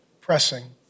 pressing